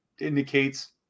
indicates